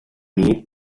neat